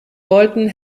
dalton